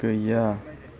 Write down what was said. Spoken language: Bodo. गैया